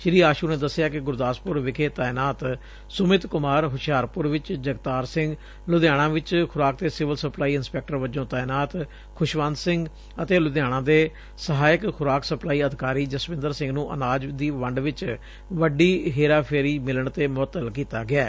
ਸ੍ਰੀ ਆਸ਼ੁ ਨੇ ਦੱਸਿਆ ਕਿ ਗੁਰਦਾਸਪੁਰ ਵਿਖੇ ਤਾਇਨਾਤ ਸੁਮਿਤ ਕੁਮਾਰ ਹੁਸ਼ਿਆਰਪੁਰ ਚ ਜਗਤਾਰ ਸਿੰਘ ਲੁਧਿਆਣਾ ਚ ਖੁਰਾਕ ਤੇ ਸਿਵਲ ਸਪਲਾਈ ਇੰਸਪੈਕਟਰ ਵਜੋ ਤਾਇਨਾਤ ਖੁਸ਼ਵੰਤ ਸਿੰਘ ਅਤੇ ਲੁਧਿਆਣਾ ਦੇ ਸਹਾਇਕ ਖੁਰਾਕ ਸਪਲਾਈ ਅਧਿਕਾਰੀ ਜਸਵਿੰਦਰ ਸਿੰਘ ਨੂੰ ਅਨਾਜ ਦੀ ਵੰਡ ਵਿੱਚ ਵੱਡੀ ਹੇਰਾ ਫੇਰੀ ਮਿਲਣ ਤੇ ਮੁਅੱਤਲ ਕੀਤਾ ਗਿਐ